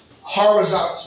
horizontal